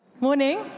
Morning